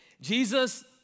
Jesus